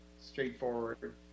straightforward